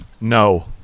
No